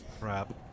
crap